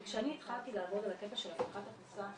כי כשאני התחלתי לעבוד על הקטע של הבטחת הכנסה